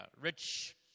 rich